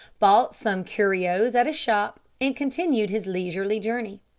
bought some curios at a shop and continued his leisurely journey.